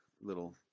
Little